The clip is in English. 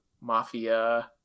Mafia